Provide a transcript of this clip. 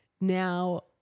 now